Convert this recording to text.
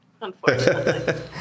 unfortunately